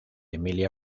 emilia